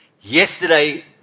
Yesterday